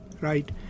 right